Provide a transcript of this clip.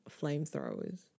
flamethrowers